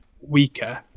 weaker